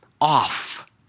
off